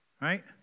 right